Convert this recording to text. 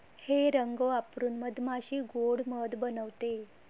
हे रंग वापरून मधमाशी गोड़ मध बनवते